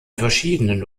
verschiedenen